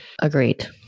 agreed